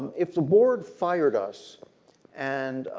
if the board fired us and